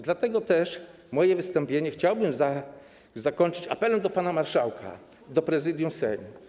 Dlatego też moje wystąpienie chciałbym zakończyć apelem do pana marszałka, do Prezydium Sejmu.